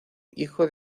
hijo